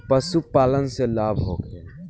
पशु पालन से लाभ होखे?